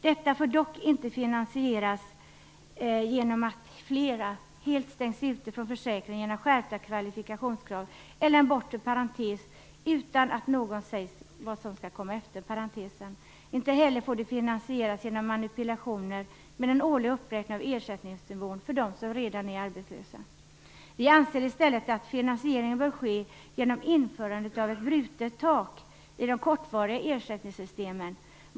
Detta får dock inte finansieras genom att flera helt stängs ute från försäkring genom skärpta kvalifikationskrav eller en bortre parentes utan att något sägs om vad som skall komma efter parentesen. Det får heller inte finansieras genom manipulationer med en årlig uppräkning av ersättningsnivån för dem som redan är arbetslösa. Vi anser att finansieringen i stället bör ske genom införandet av ett brutet tak i de kortvariga ersättningssystemen.